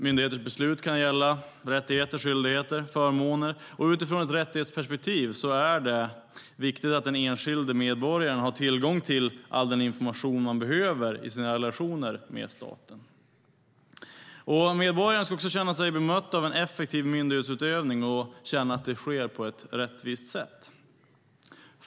Myndigheters beslut kan gälla rättigheter, skyldigheter och förmåner, och utifrån ett rättighetsperspektiv är det viktigt att den enskilde medborgaren har tillgång till all den information man behöver i sina relationer med staten. Medborgaren ska också känna sig bemött av en effektiv myndighetsutövning och känna att det sker på ett rättvist sätt.